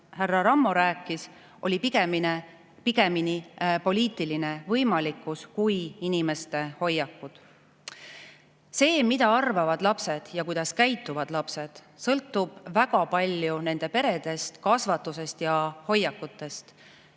härra Rammo rääkis, oli pigemini poliitiline võimalikkus kui inimeste hoiakud. See, mida arvavad lapsed ja kuidas käituvad lapsed, sõltub väga palju nende peredest, kasvatusest ja hoiakutest.